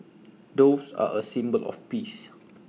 doves are A symbol of peace